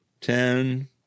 Ten